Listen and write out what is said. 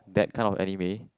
that kind of anime